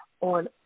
on